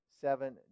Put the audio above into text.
seven